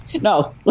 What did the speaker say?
No